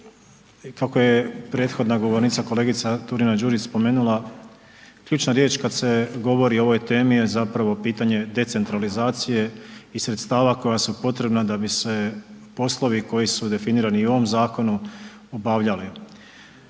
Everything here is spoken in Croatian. kako je prethodna govornica kolegica Turina Đurić spomenula, ključna riječ kad se govori o ovoj temi je zapravo pitanje decentralizacije i sredstava koja su potrebna da bi se poslovi koji su definirani i u ovom zakonu, obavljali.